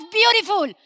beautiful